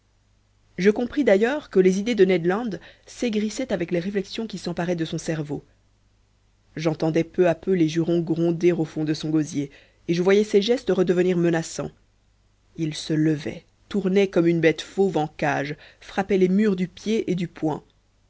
je compris d'ailleurs que les idées de ned land s'aigrissaient avec les réflexions qui s'emparaient de son cerveau j'entendais peu à peu les jugements gronder au fond de son gosier et je voyais ses gestes redevenir menaçants il se levait tournait comme une bête fauve en cage frappait les murs du pied et du poing